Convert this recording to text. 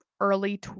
early